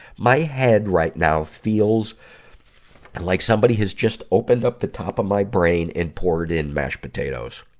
my head, right now, feels like somebody has just opened up the top of my brain and poured in mashed potatoes.